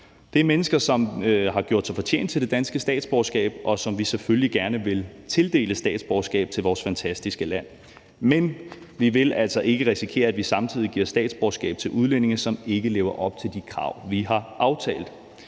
Det er mennesker, som har gjort sig fortjent til det danske statsborgerskab, og som vi selvfølgelig gerne vil tildele statsborgerskab til vores fantastiske land. Men vi vil altså ikke risikere, at vi samtidig giver statsborgerskab til udlændinge, som ikke lever op til de krav, vi har aftalt.